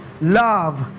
love